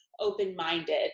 open-minded